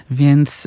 więc